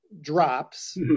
drops